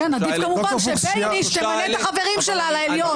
עדיף כמובן שבייניש תמנה את החברים שלה לעליון,